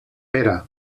pere